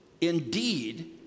indeed